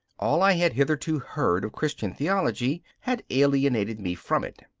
all i had hitherto heard of christian theology had alienated me from it.